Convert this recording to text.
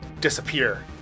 disappear